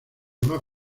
más